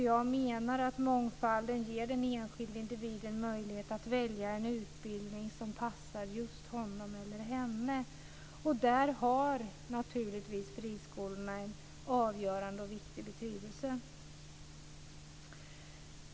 Jag menar att mångfalden ger den enskilde individen möjlighet att välja en utbildning som passar just honom eller henne. Där har naturligtvis friskolorna en avgörande och viktig betydelse.